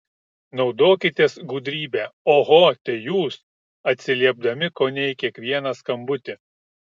naudokitės gudrybe oho tai jūs atsiliepdami kone į kiekvieną skambutį